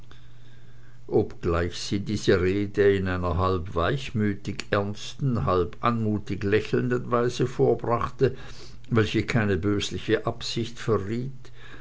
obgleich sie diese rede in einer halb weichmütig ernsten halb anmutig lächelnden weise vorbrachte welche keine bösliche absicht verriet